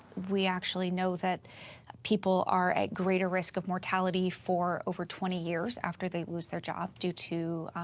we actually know that people are at greater risk of mortality for over twenty years after they lose their job due to,